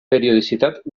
periodicitat